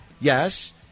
Yes